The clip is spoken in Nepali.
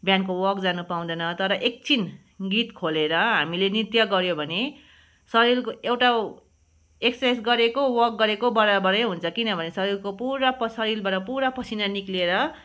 बिहानको वक जानु पाउँदैन तर एकछिन गीत खोलेर हामीले नृत्य गऱ्यो भने शरीरको एउटा इक्सरसाइस गरेको वक गरेको बराबरै हुन्छ किनभने शरीरको पुरा प शरीरबाट पुरा पसिना निक्लेर